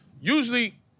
Usually